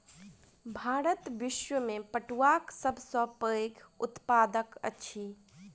भारत विश्व में पटुआक सब सॅ पैघ उत्पादक अछि